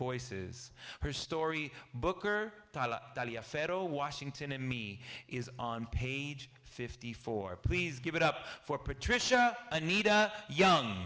voices her story booker federal washington and me is on page fifty four please give it up for patricia anita young